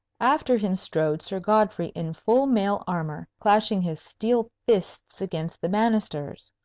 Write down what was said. after him strode sir godfrey in full mail armour, clashing his steel fists against the banisters.